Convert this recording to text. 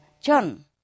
John